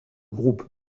groupe